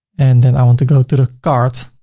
and then i want to go to the cart.